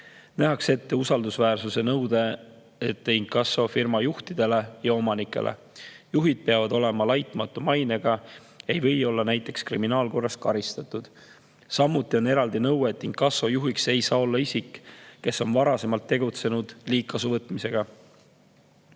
Nähakse ette usaldusväärsuse nõue inkassofirma juhtidele ja omanikele. Juhid peavad olema laitmatu mainega, näiteks ei või nad olla kriminaalkorras karistatud. Samuti on eraldi nõue, et inkasso juht ei saa olla isik, kes on varasemalt liigkasuvõtmisega